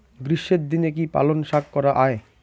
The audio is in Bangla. গ্রীষ্মের দিনে কি পালন শাখ করা য়ায়?